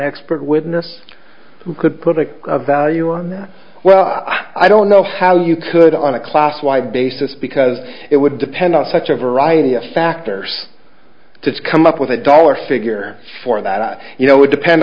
expert witness who could put a value on well i don't know how you could on a class wide basis because it would depend on such a variety of factors to come up with a dollar figure for that you know would depend